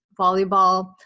Volleyball